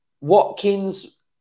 Watkins